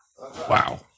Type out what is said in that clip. Wow